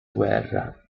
guerra